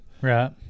Right